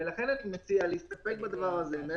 ולכן אני מציע להסתפק בדבר הזה.